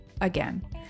again